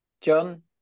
John